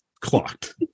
clocked